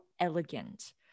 elegant